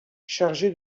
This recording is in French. chargé